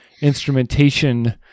instrumentation